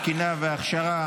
התקינה וההכשרה,